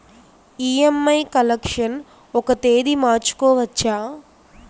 EMI collection ఒక తేదీ మార్చుకోవచ్చా?